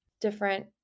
different